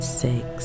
six